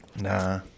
Nah